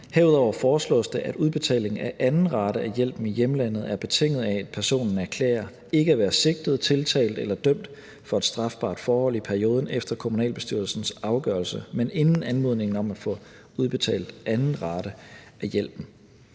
Herudover foreslås det, at udbetalingen af anden rate af hjælpen i hjemlandet er betinget af, at personen erklærer ikke at være sigtet, tiltalt eller dømt for et strafbart forhold i perioden efter kommunalbestyrelsens afgørelse, men inden anmodningen om at få udbetalt anden rate af hjælpen.